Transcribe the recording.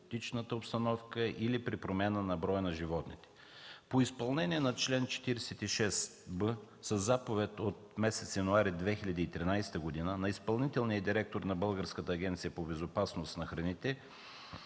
епизодичната обстановка или при промяна на броя на животните. По изпълнение на чл. 46б със заповед от месец януари 2013 г. на изпълнителния директор на Българската агенция по безопасност на храните